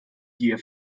gier